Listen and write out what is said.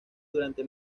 durante